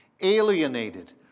alienated